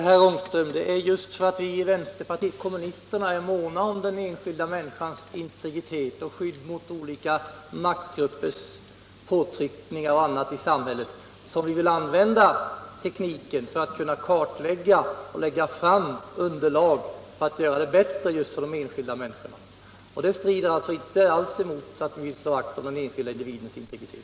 Herr talman! Det är just därför, herr Ångström, att vi i vpk är måna om den enskilda människans integritet och skydd mot olika maktgruppers påtryckningar och annat i samhället som vi vill använda tekniken för att skapa underlag för att göra det bättre för de enskilda människorna. Detta strider alltså inte alls mot vår önskan att slå vakt om den enskilde individens integritet.